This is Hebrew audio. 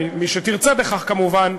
מי שתרצה בכך, כמובן,